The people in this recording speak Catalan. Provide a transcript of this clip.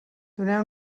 doneu